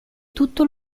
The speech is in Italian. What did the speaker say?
tutto